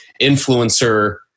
influencer